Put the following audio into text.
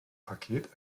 paket